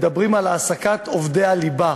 מדברים על העסקת עובדי הליבה,